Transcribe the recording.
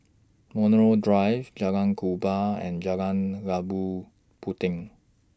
Montreal Drive Jalan Kubor and Jalan Labu Puteh